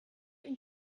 ihn